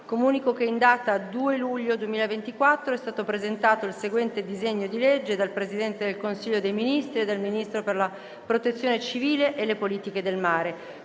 Comunico che in data 2 luglio 2024 è stato presentato il seguente disegno di legge: *dal Presidente del Consiglio dei ministri e dal Ministro per la protezione civile e le politiche del mare:*